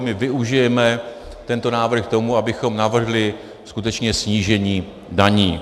My využijeme tento návrh k tomu, abychom navrhli skutečně snížení daní.